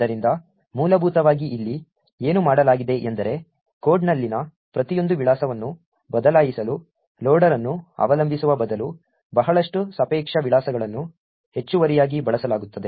ಆದ್ದರಿಂದ ಮೂಲಭೂತವಾಗಿ ಇಲ್ಲಿ ಏನು ಮಾಡಲಾಗಿದೆಯೆಂದರೆ ಕೋಡ್ನಲ್ಲಿನ ಪ್ರತಿಯೊಂದು ವಿಳಾಸವನ್ನು ಬದಲಾಯಿಸಲು ಲೋಡರ್ ಅನ್ನು ಅವಲಂಬಿಸುವ ಬದಲು ಬಹಳಷ್ಟು ಸಾಪೇಕ್ಷ ವಿಳಾಸಗಳನ್ನು ಹೆಚ್ಚುವರಿಯಾಗಿ ಬಳಸಲಾಗುತ್ತದೆ